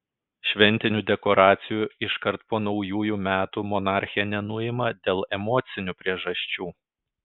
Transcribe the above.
šventinių dekoracijų iškart po naujųjų metų monarchė nenuima dėl emocinių priežasčių